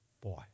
Boy